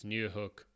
Newhook